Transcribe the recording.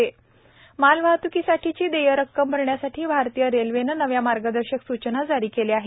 भारतीय रेल्वे मालवाहत्कीसाठीची देय रक्कम भरण्यासाठी भारतीय रेल्वेनं नव्या मार्गदर्शक सूचना जारी केल्या आहेत